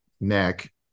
neck